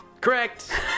correct